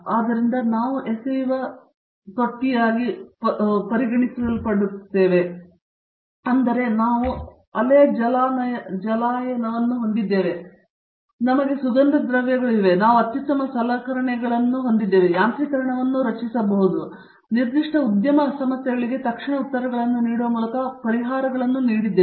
ಆದ್ದರಿಂದ ನಾವು ಎಸೆಯುವ ತೊಟ್ಟಿಯನ್ನು ಹೊಂದಿದ್ದೇವೆ ನಾವು ಅಲೆಯ ಜಲಾನಯನವನ್ನು ಹೊಂದಿದ್ದೇವೆ ನಮಗೆ ಸುಗಂಧ ದ್ರವ್ಯಗಳು ಇವೆ ನಾವು ಅತ್ಯುತ್ತಮ ಸಲಕರಣೆಗಳನ್ನು ಹೊಂದಿದ್ದೇವೆ ಯಾಂತ್ರೀಕರಣವನ್ನು ನಾವು ರಚಿಸಬಹುದೆಂದು ನಿರ್ದಿಷ್ಟ ಉದ್ಯಮ ಸಮಸ್ಯೆಗಳಿಗೆ ತಕ್ಷಣ ಉತ್ತರಗಳನ್ನು ನೀಡುವ ಮೂಲಕ ಪರಿಹಾರಗಳನ್ನು ನೀಡಿದ್ದೇವೆ